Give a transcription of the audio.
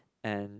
and